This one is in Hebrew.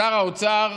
שר האוצר